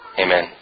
Amen